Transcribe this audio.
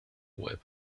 web